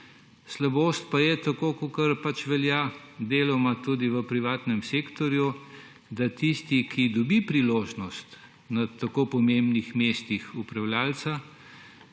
Slabost pa je tako, kakor pač velja deloma tudi v privatnem sektorju, da tisti, ki dobi priložnost na tako pomembnih mestih upravljavca,